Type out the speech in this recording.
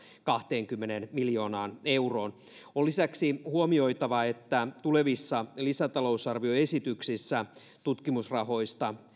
kahteenkymmeneen miljoonaan euroon on lisäksi huomioitava että tulevissa lisätalousarvioesityksissä tutkimusrahoja